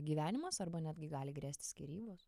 gyvenimas arba netgi gali grėsti skyrybos